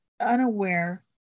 unaware